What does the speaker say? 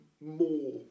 more